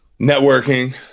networking